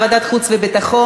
לוועדת חוץ וביטחון,